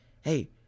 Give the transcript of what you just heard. hey